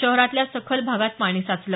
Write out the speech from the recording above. शहरातल्या सखल भागात पाण साचलं